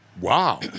Wow